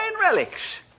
relics